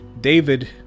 David